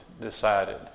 decided